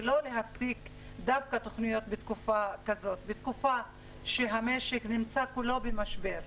ולא להפסיק תכניות דווקא בתקופה כזאת בתקופה שהמשק כולו במשבר,